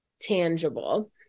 tangible